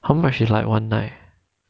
how much is like one night